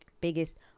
biggest